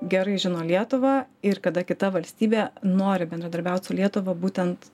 gerai žino lietuvą ir kada kita valstybė nori bendradarbiaut su lietuva būtent